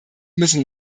müssen